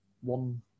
one